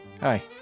Hi